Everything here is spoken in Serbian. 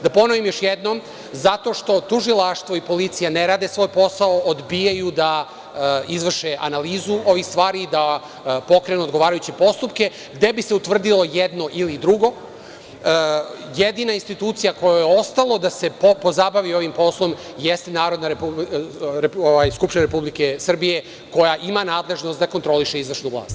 Da ponovim još jednom, zato što tužilaštvo i policija ne rade svoj posao, odbijaju da izvrše analizu ovih stvari, da pokrenu odgovarajuće postupke, gde bi se utvrdilo jedno ili drugo, jedina institucija kojoj je ostalo da se pozabavi ovim poslom jeste Skupština Republike Srbije, koja ima nadležnost da kontroliše izvršnu vlast.